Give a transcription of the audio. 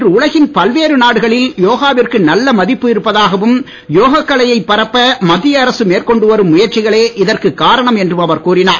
இன்று பல்வேறு நாடுகளில் யோகாவிற்கு நல்ல உலகின் மதிப்பு இருப்பதாகவும் யோகக் கலையைப் பரப்ப மத்திய அரசு மேற்கொண்டு வரும் முயற்சிகளே இதற்குக் காரணம் என்றும் அவர் கூறினார்